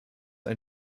ein